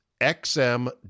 XM